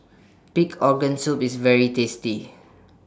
Pig Organ Soup IS very tasty